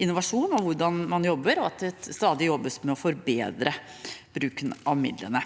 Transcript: innovasjon når det gjelder hvordan man jobber, og at det stadig jobbes med å forbedre bruken av midlene.